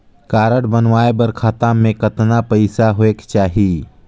Card बनवाय बर खाता मे कतना पईसा होएक चाही?